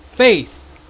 Faith